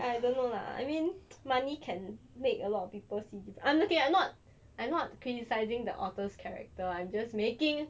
okay I don't know lah I mean money can make a lot of people seem different okay I'm not I'm not criticising the author's character I'm just making